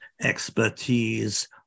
expertise